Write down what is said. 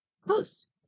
Close